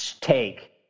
take